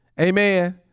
Amen